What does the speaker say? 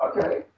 Okay